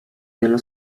nello